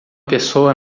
pessoa